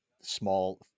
small